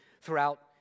throughout